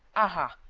aha!